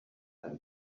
than